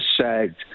sagged